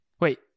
Wait